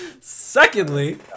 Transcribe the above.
secondly